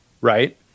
Right